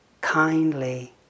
kindly